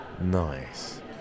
nice